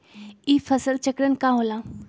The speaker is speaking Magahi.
ई फसल चक्रण का होला?